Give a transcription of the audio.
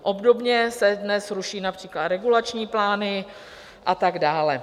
Obdobně se dnes ruší například regulační plány a tak dále.